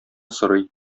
сорый